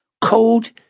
Cold